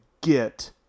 get –